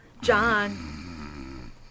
John